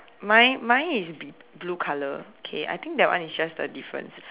mine mine is b~ blue colour okay I think that one is just the difference